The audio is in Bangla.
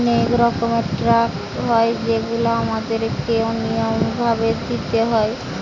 অনেক রকমের ট্যাক্স হয় যেগুলা আমাদের কে নিয়ম ভাবে দিইতে হয়